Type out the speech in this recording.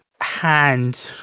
Hand